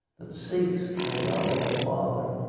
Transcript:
that seeks the love of a father,